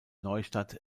neustadt